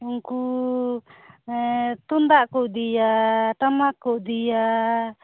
ᱩᱱᱠᱩ ᱛᱩᱢᱫᱟᱜ ᱠᱚ ᱤᱫᱤᱭᱟ ᱴᱟᱢᱟᱠᱚ ᱠᱚ ᱤᱫᱤᱭᱟ